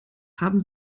haben